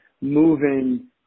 moving